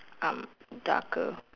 ah darker